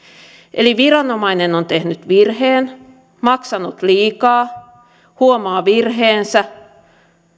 viranomainen on tehnyt virheen maksanut liikaa huomaa virheensä